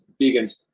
vegans